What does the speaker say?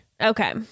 Okay